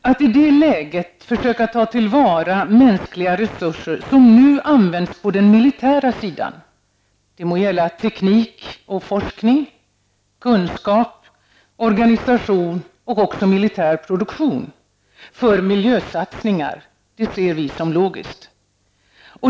Att i det läget försöka ta till vara de mänskliga resurser som nu används på den militära sidan -- det må gälla teknik och forskning, kunskap, organisation eller militär produktion -- för miljösatsningar ser vi som logiskt.